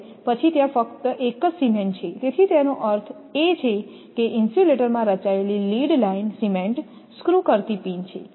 પછી ત્યાં ફક્ત એક સિમેન્ટ જ છે તેથી તેનો અર્થ છે એ કે ઇન્સ્યુલેટરમાં રચાયેલી લીડ લાઇન સિમેન્ટ સ્ક્રૂ કરતી પિન છે